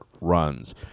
runs